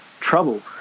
trouble